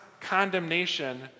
condemnation